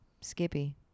Skippy